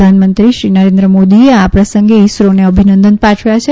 પ્રધાનમંત્રીશ્રી નરેન્દ્ર મોદીએ આ પ્રસંગે ઇસરોને અભિનંદન પાઠવ્યાં છે